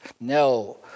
No